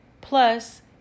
plus